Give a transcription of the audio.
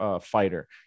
fighter